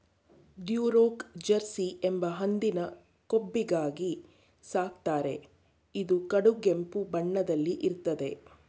Duroc Jersey ಎಂಬ ಹಂದಿನ ಕೊಬ್ಬಿಗಾಗಿ ಸಾಕ್ತಾರೆ ಇದು ಕಡುಗೆಂಪು ಬಣ್ಣದಲ್ಲಿ ಇರ್ತದೆ